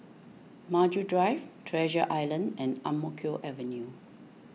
Maju Drive Treasure Island and Ang Mo Kio Avenue